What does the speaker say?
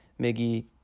Miggy